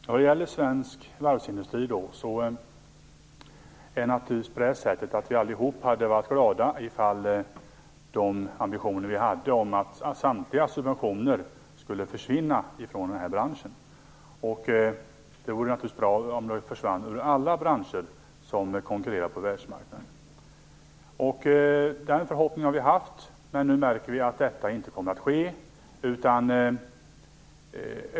Herr talman! Vad gäller svensk varvsindustri hade vi naturligtvis allihop varit glada om de ambitioner vi hade, att samtliga subventioner skulle försvinna från den här branschen, hade infriats. Det vore naturligtvis bra om de försvann ur alla branscher som konkurrerar på världsmarknaden. Den förhoppningen har vi haft. Men nu märker vi att detta inte kommer att ske.